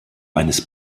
eines